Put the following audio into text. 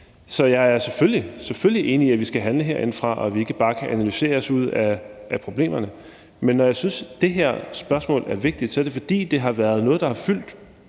– selvfølgelig – enig i, at vi skal handle herindefra, og at vi ikke bare kan analysere os ud af problemerne. Men når jeg synes, det her spørgsmål er vigtigt, er det, fordi det har været noget, der har fyldt.